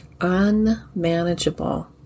Unmanageable